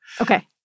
Okay